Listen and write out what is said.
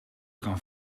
kan